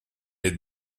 est